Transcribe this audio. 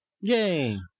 yay